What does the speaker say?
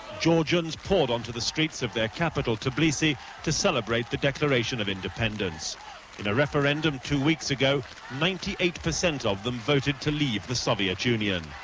georgians poured onto the streets of their capital, tbilisi to celebrate the declaration of independence. in a referendum two weeks ago, ninety eight percent of them voted to leave the soviet union.